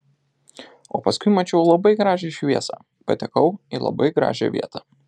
o paskui mačiau labai gražią šviesą patekau į labai gražią vietą